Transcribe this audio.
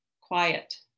quiet